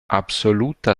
absoluta